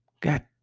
God